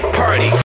party